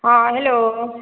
हँ हेलो